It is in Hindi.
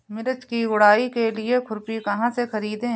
मिर्च की गुड़ाई के लिए खुरपी कहाँ से ख़रीदे?